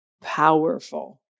powerful